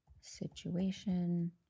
situation